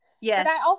Yes